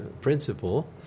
principle